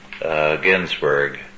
Ginsburg